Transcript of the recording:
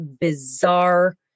bizarre